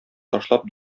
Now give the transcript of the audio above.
ташлап